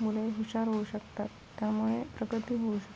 मुले हुशार होऊ शकतात त्यामुळे प्रगती होऊ शकते